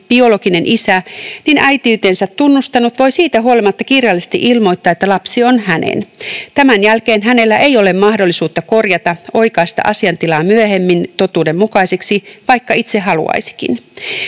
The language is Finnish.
biologinen isä, niin äitiytensä tunnustanut voi siitä huolimatta kirjallisesti ilmoittaa, että lapsi on hänen. Tämän jälkeen hänellä ei ole mahdollisuutta korjata, oikaista asiantilaa myöhemmin totuudenmukaiseksi, vaikka itse haluaisikin.